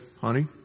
Honey